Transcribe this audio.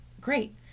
great